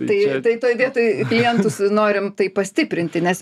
tai tai toj vietoj klientus norim taip pastiprinti nes